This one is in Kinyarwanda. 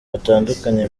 batandukanye